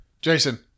Jason